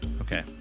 Okay